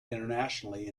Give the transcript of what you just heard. internationally